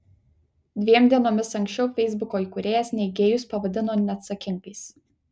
dviem dienomis anksčiau feisbuko įkūrėjas neigėjus pavadino neatsakingais